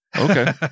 okay